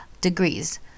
degrees